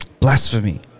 Blasphemy